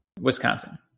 Wisconsin